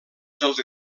dels